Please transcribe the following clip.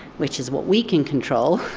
which is what we can control,